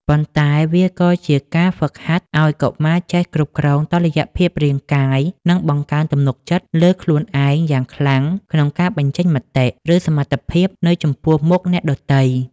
ប៉ុន្តែវាក៏ជាការហ្វឹកហាត់ឱ្យកុមារចេះគ្រប់គ្រងតុល្យភាពរាងកាយ និងបង្កើនទំនុកចិត្តលើខ្លួនឯងយ៉ាងខ្លាំងក្នុងការបញ្ចេញមតិ ឬសមត្ថភាពនៅចំពោះមុខអ្នកដទៃ។